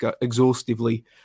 exhaustively